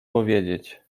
powiedzieć